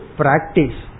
practice